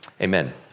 amen